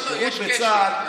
לא, לא, יש קשר.